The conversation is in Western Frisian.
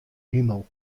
himel